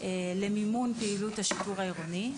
אגרות שמירה למימון פעילות השיטור העירוני.